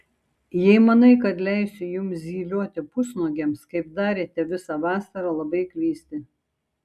jei manai kad leisiu jums zylioti pusnuogiams kaip darėte visą vasarą labai klysti